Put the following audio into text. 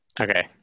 Okay